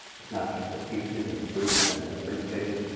it's not just the teachers, and the students, and the administrators,